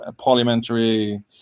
parliamentary